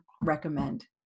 recommend